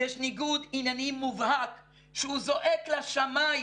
יש ניגוד עניינים מובהק שהוא זועק לשמיים